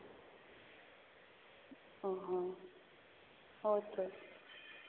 ᱚ ᱦᱚᱸ ᱦᱳᱭᱛᱳ